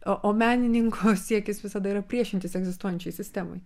o o menininko siekis visada yra priešintis egzistuojančiai sistemai